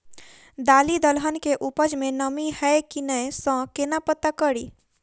दालि दलहन केँ उपज मे नमी हय की नै सँ केना पत्ता कड़ी?